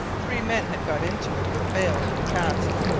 three men had got into it with bales and casks,